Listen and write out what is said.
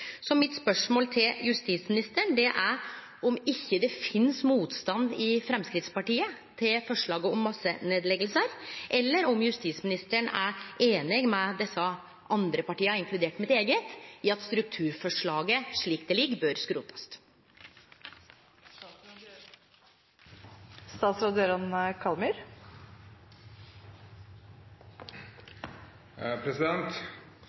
Så mitt spørsmål til justisministeren er om det ikkje finst motstand i Framstegspartiet til forslaget om massenedleggingar. Eller er justisministeren einig med dei andre partia, inkludert mitt eige, i at strukturforslaget slik det ligg føre, bør skrotast?